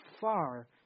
far